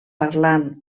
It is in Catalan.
parlant